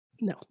No